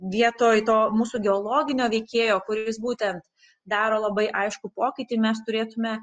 vietoj to mūsų geologinio veikėjo kuris būtent daro labai aiškų pokytį mes turėtume